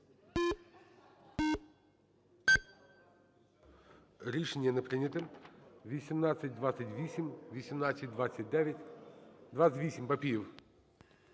Рішення не прийнято. 1828. 1829. 28. Папієв.